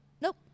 Nope